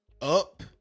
up